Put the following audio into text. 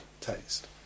taste